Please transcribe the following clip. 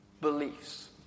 beliefs